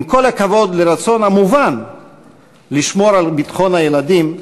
עם כל הכבוד לרצון המובן לשמור על ביטחון הילדים,